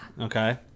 Okay